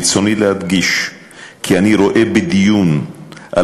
ברצוני להדגיש כי אני רואה בדיון על